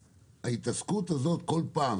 וההתעסקות הזאת כל פעם,